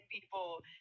people